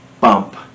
bump